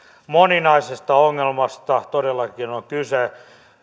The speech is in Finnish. moninaisesta ongelmasta todellakin on kyse